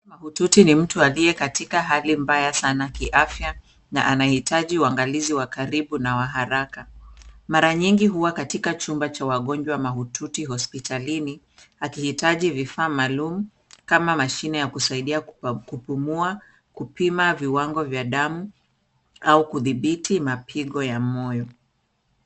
Mahututi ni mtu aliye katika hali mbaya sana kiafya na anahitaji uangalizi wa karibu na wa haraka. Mara nyingi huwa katika chumba cha wagonjwa mahututi hospitalini akihitaji vifaa maalum kama mashine ya kusaidia kupumuwa, kupima viwango vya damu au kudhibiti mapigo ya moyo.